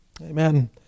Amen